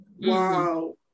wow